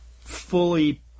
fully